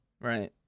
Right